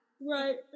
Right